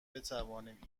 بتوانیم